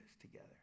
together